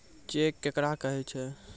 Cheque केकरा कहै छै?